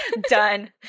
Done